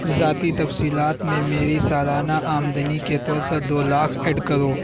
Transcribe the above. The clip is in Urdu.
ذاتی تفصیلات میں میری سالانہ آمدنی کے طور پر دو لاکھ ایڈ کرو